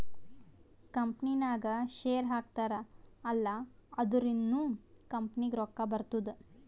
ಕಂಪನಿನಾಗ್ ಶೇರ್ ಹಾಕ್ತಾರ್ ಅಲ್ಲಾ ಅದುರಿಂದ್ನು ಕಂಪನಿಗ್ ರೊಕ್ಕಾ ಬರ್ತುದ್